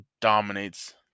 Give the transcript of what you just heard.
dominates